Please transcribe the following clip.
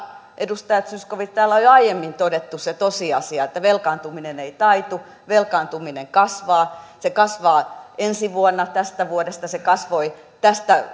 edustaja zyskowicz täällä on jo aiemmin todettu se tosiasia että velkaantuminen ei taitu velkaantuminen kasvaa se kasvaa ensi vuonna tästä vuodesta se kasvoi